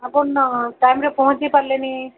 ଆପଣ ଟାଇମ୍ରେ ପହଞ୍ଚି ପାରିଲେନି